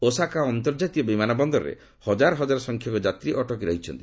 Osaka ଅନ୍ତର୍ଜାତୀୟ ବିମାନ ବନ୍ଦରରେ ହଜାର ହଜାର ସଂଖ୍ୟକ ଯାତ୍ରୀ ଅଟକି ରହିଛନ୍ତି